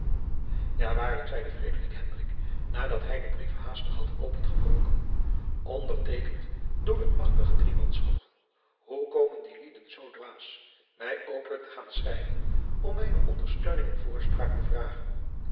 ja waarlijk zeide frederik hendrik nadat hij den brief haastig had opengebroken onderjacob van lennep de pleegzoon teekend door het machtige driemanschap hoe komen die lieden zoo dwaas mij openlijk te gaan schrijven om mijne ondersteuning en voorspraak te vragen